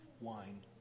wine